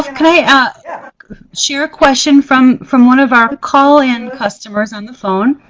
i ah yeah share a question from from one of our call-in customers on the phone?